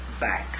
back